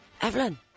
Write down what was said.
Evelyn